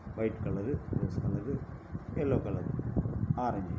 white colour rose colour yellow colour orange